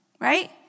Right